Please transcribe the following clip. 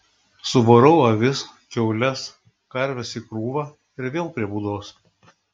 suvarau avis kiaules karves į krūvą ir vėl prie būdos